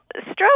stroke